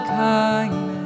kindness